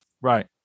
Right